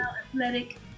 athletic